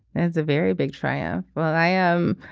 that's a very big trial. well i am.